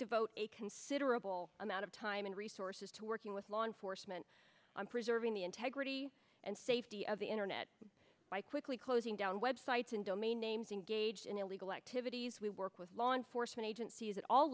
devote a considerable amount of time and resources to working with law enforcement on preserving the integrity and safety of the internet by quickly closing down websites and domain names engaged in illegal activities we work with law enforcement agencies at all